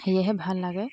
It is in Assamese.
সেয়েহে ভাল লাগে